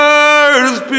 earth